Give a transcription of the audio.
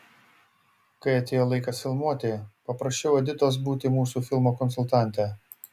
kai atėjo laikas filmuoti paprašiau editos būti mūsų filmo konsultante